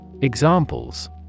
Examples